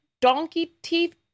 donkey-teeth